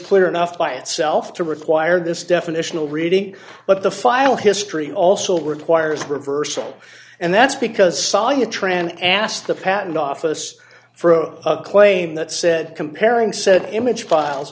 clear enough by itself to require this definitional reading but the final history also requires reversal and that's because sawyer tran asked the patent office for a claim that said comparing said image files